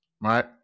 right